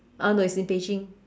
uh no it's in Beijing